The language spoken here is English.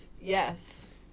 yes